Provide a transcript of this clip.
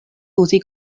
uzi